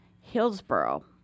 Hillsboro